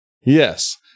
Yes